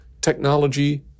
technology